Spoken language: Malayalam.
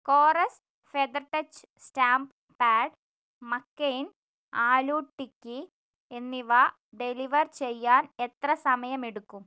കോറെസ് feather touch stamp pad McCain aloo tikki എന്നിവ ഡെലിവർ ചെയ്യാൻ എത്ര സമയമെടുക്കും